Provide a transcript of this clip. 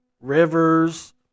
Rivers